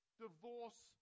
divorce